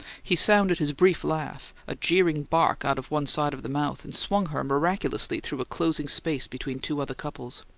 he sounded his brief laugh, a jeering bark out of one side of the mouth, and swung her miraculously through a closing space between two other couples.